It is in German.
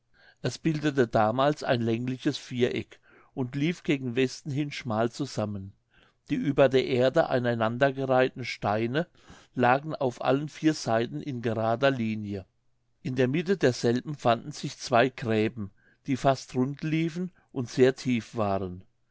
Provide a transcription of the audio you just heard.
es bildete damals ein längliches viereck und lief gegen westen hin schmal zusammen die über der erde aneinander gereiheten steine lagen auf allen vier seiten in gerader linie in der mitte derselben fanden sich zwei gräben die fast rund liefen und sehr tief waren